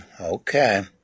Okay